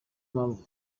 mpamvu